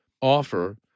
offer